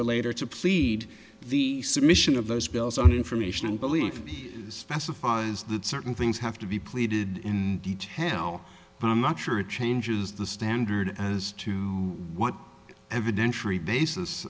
relate or to plead the submission of those bills on information and belief specifies that certain things have to be plated in detail but i'm not sure it changes the standard as to what